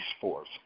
force